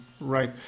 Right